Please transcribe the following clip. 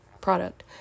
Product